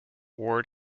ward